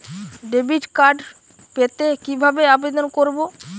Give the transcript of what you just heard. Debit card পেতে কিভাবে আবেদন করব?